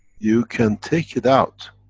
you can take it out,